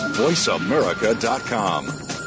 VoiceAmerica.com